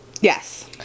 Yes